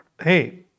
hey